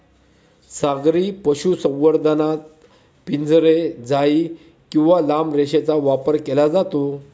सागरी पशुसंवर्धनात पिंजरे, जाळी किंवा लांब रेषेचा वापर केला जातो